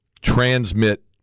transmit